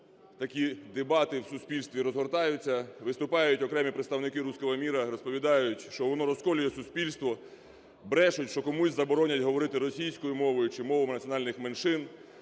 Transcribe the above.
такі дебати в суспільстві розгортаються, виступають окремі представники "русского мира" і розповідають, що воно розколює суспільство, брешуть, що комусь заборонять говорити російською мовою чи мовами національних меншин,